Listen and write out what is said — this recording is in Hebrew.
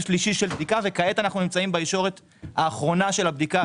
שלישי של בדיקה וכעת אנחנו נמצאים בישורת האחרונה של הבדיקה.